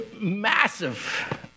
massive